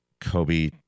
Kobe